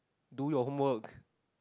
do your homework